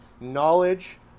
Knowledge